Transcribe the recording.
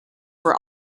were